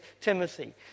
Timothy